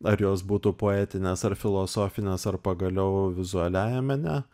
ar jos būtų poetinės ir filosofinės ar pagaliau vizualiajam mene